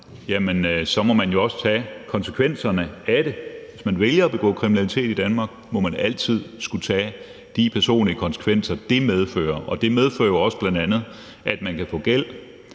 så må man jo også tage konsekvenserne af det. Hvis man vælger at begå kriminalitet i Danmark, må man altid skulle tage de personlige konsekvenser, det medfører. Og det medfører jo også bl.a., at man kan få gæld,